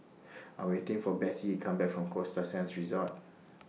I'm waiting For Besse to Come Back from Costa Sands Resort